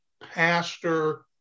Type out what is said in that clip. pastor